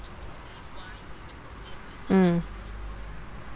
mm